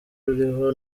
ruriho